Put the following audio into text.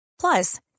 Plus